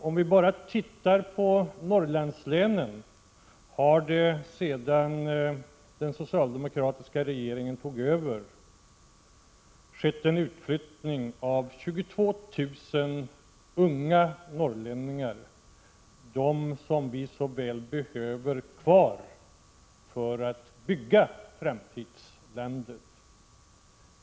Om vi bara tittar på Norrlandslänen ser vi att det sedan den socialdemokratiska regeringen tog över har skett en utflyttning av 22 000 unga norrlänningar — dem som vi så väl behöver ha kvar för att bygga framtidslandet.